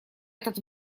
этот